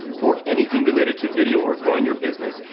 for anything related to video, or growing your business,